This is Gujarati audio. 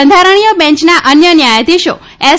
બંધારણીય બેંચના અન્ય ન્યાયાધિશો છે એસ